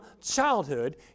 childhood